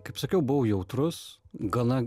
kaip sakiau buvo jautrus gana